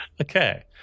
Okay